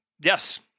Yes